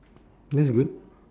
that's good